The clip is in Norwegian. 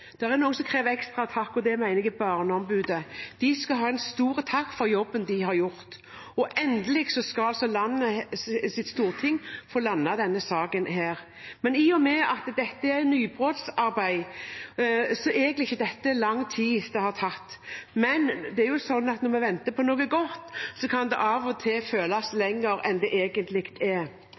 er noen som krever en ekstra takk, og det mener jeg er Barneombudet. De skal ha en stor takk for jobben de har gjort. Endelig skal Stortinget få landet denne saken. I og med at dette er nybrottsarbeid, har det egentlig ikke tatt lang tid, men når vi venter på noe godt, kan det av og til føles lenger enn det egentlig er.